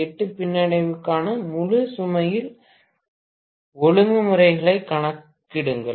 8 பின்னடைவுக்கான முழு சுமையில் ஒழுங்குமுறைகளைக் கணக்கிடுங்கள்